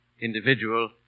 individual